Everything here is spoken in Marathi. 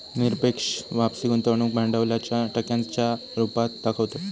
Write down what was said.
निरपेक्ष वापसी गुंतवणूक भांडवलाच्या टक्क्यांच्या रुपात दाखवतत